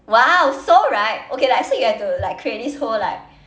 !wow! so right okay like so you have to like create this whole like